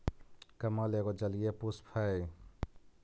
कमल एगो जलीय पुष्प हइ